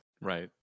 Right